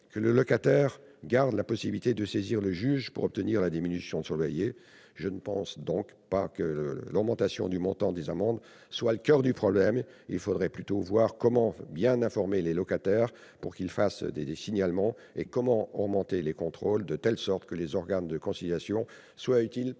que le locataire garde la possibilité de saisir le juge pour obtenir la diminution de son loyer. Je ne pense donc pas que l'augmentation du montant des amendes soit le coeur du problème. Il faudrait plutôt voir comment bien informer les locataires pour leur permettre de faire des signalements, et comment augmenter les contrôles de telle sorte que les organes de conciliation soient utilisés